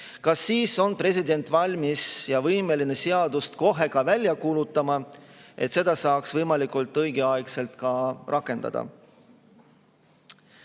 kas siis on president valmis ja võimeline seadust kohe ka välja kuulutama, et seda saaks võimalikult õigeaegselt rakendada.